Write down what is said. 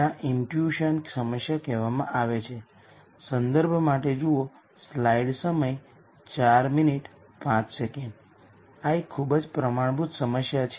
અને જેમ મેં પહેલાં કહ્યું છે કે જો આ રીયલ બને છે તો આઇગન વેક્ટર પણ રીયલ બને છે